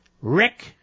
Rick